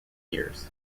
years